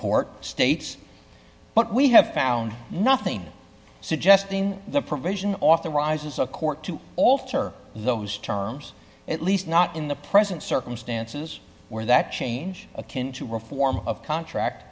court states but we have found nothing suggesting the provision authorizes a court to alter those terms at least not in the present circumstances where that change akin to reform of contract